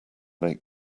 make